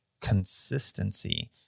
consistency